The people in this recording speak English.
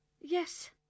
Yes